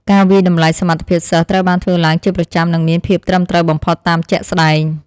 ការវាយតម្លៃសមត្ថភាពសិស្សត្រូវបានធ្វើឡើងជាប្រចាំនិងមានភាពត្រឹមត្រូវបំផុតតាមជាក់ស្តែង។